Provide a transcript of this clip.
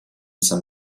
some